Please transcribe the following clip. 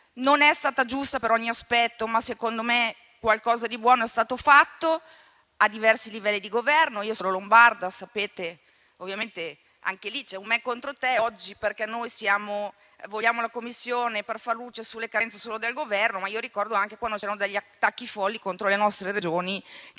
Non è stata giusta per ogni aspetto, ma secondo me qualcosa di buono è stato fatto a diversi livelli di governo. Io sono lombarda, come sapete, e anche lì c'è un me contro te oggi, perché vogliamo la Commissione per far luce sulle carenze solo del Governo, ma ricordo anche quando c'erano degli attacchi folli contro le nostre Regioni, che